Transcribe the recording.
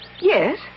Yes